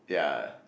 yeah